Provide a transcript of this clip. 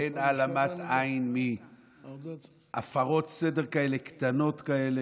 אין העלמת עין מהפרות סדר קטנות כאלה,